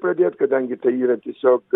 pradėt kadangi tai yra tiesiog